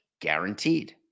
guaranteed